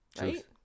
right